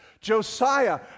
Josiah